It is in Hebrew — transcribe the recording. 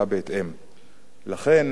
לכן אני מציע, ברשותכם,